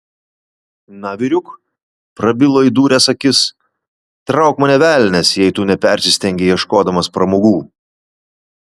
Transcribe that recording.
na vyriuk prabilo įdūręs akis trauk mane velnias jei tu nepersistengei ieškodamas pramogų